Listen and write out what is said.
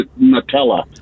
Nutella